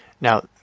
Now